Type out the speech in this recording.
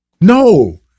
No